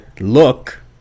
look